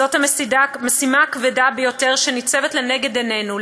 זאת המשימה הכבדה ביותר שניצבת לנגד עינינו,